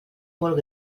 molt